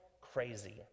crazy